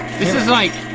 this is like,